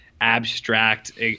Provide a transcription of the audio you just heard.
abstract –